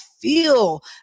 feel